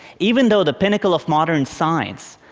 even though the pinnacle of modern science,